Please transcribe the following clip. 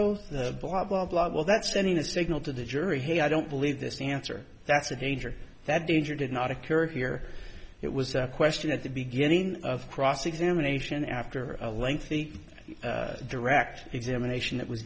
oath blah blah blah well that's sending a signal to the jury hey i don't believe this answer that's a danger that danger did not occur here it was a question at the beginning of cross examination after a lengthy direct examination that was